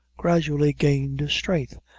gradually gained strength,